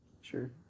Sure